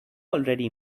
already